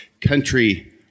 country